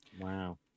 Wow